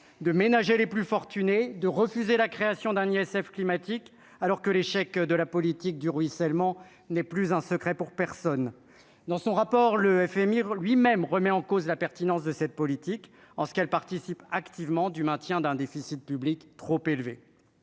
de ménager les plus fortunés de refuser la création d'un ISF climatique alors que l'échec de la politique du ruissellement n'est plus un secret pour personne, dans son rapport, le FMI lui-même, remet en cause la pertinence de cette politique en ce qu'elle participe activement du maintien d'un déficit public trop élevé